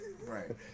Right